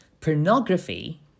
pornography